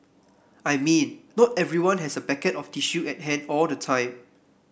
I mean not everyone has a packet of tissue at hand all the time